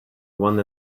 one